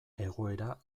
egoera